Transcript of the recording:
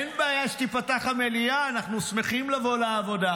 אין בעיה שתיפתח המליאה, אנחנו שמחים לבוא לעבודה,